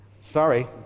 Sorry